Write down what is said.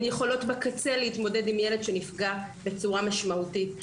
הן יכולות בקצה להתמודד עם ילד שנפגע בצורה משמעותית.